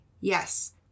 yes